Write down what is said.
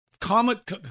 comic